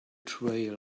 trail